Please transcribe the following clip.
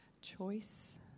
Choice